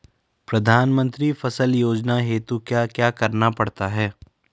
प्रधानमंत्री फसल योजना हेतु क्या क्या करना पड़ता है?